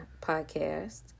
podcast